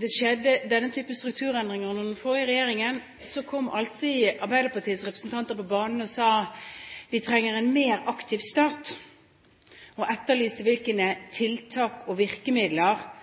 det skjedde denne typen strukturendringer under den forrige regjeringen, kom Arbeiderpartiets representanter på banen og sa at vi trenger en mer aktiv stat, og etterlyste hvilke tiltak og virkemidler